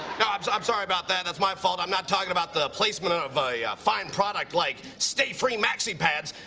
i'm sorry about that. that's my fault. i'm not talking about the placement of a fine product like stay free maxi pads.